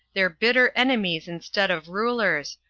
their bitter enemies instead of rulers,